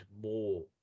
more